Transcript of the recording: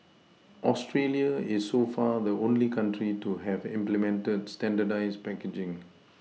Australia is so far the only country to have implemented standardised packaging